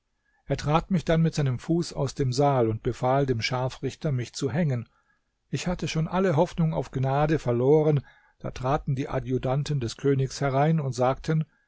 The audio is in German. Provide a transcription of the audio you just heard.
er trat mich dann mit seinem fuß aus dem saal und befahl dem scharfrichter mich zu hängen ich hatte schon alle hoffnung auf gnade verloren da traten die adjutanten des königs herein und sagten